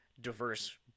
diverse